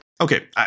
Okay